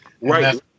right